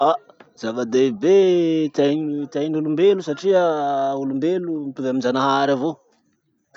Ah zava-dehibe ty ay ty ain'olombelo satria olombelo mitovy amin-janahary avao.